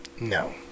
no